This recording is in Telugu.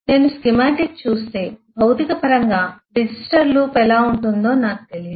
నేను స్కీమాటిక్ చూస్తే భౌతిక పరంగా రిజిస్టర్ లూప్ ఎలా ఉంటుందో నాకు తెలియదు